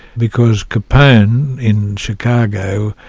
because capone, in chicago,